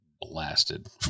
blasted